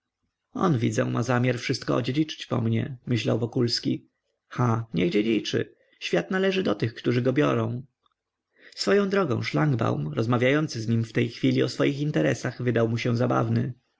on widzę ma zamiar wszystko oddziedziczyć po mnie myślał wokulski ha niech dziedziczy świat należy do tych którzy go biorą swoją drogą szlangbaum rozmawiający z nim w tej chwili o swoich interesach wydał mu się zabawny